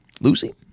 lucy